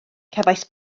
cefais